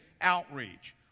outreach